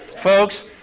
Folks